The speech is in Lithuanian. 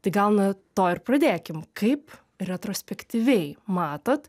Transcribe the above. tai gal nuo to ir pradėkim kaip retrospektyviai matot